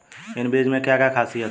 इन बीज में क्या क्या ख़ासियत है?